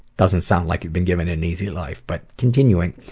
doesn't sound like you've been given an easy life but continuing.